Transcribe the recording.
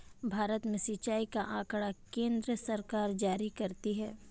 भारत में सिंचाई का आँकड़ा केन्द्र सरकार जारी करती है